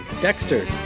Dexter